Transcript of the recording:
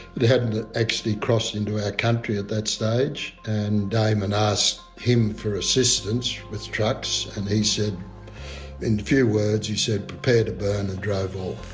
it hadn't actually crossed into our country at that stage and damon asked him for assistance with trucks and he said in few words he said prepare to burn and drove off